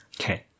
Okay